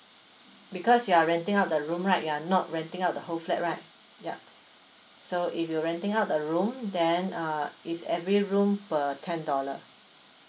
because you are renting out the room right you're not renting out the whole flat right ya so if you're renting out the room then uh it's every room per ten dollar